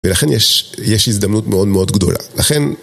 ולכן יש הזדמנות מאוד מאוד גדולה. לכן...